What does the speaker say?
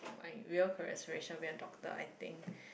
with all corporation we are doctor I think